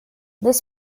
this